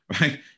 right